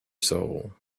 soul